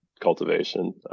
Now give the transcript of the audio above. cultivation